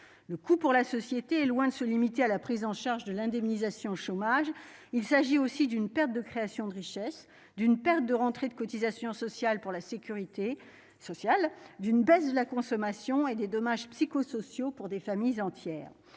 le coût pour la société est loin de se limiter à la prise en charge de l'indemnisation chômage, il s'agit aussi d'une perte de création de richesse d'une perte de rentrées de cotisations sociales pour la sécurité sociale, d'une baisse de la consommation et des dommages psychosociaux pour des familles entières,